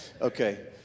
Okay